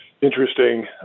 interesting